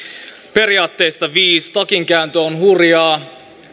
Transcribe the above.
periaatteista viis takinkääntö on hurjaa